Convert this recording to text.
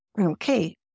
Okay